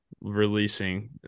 releasing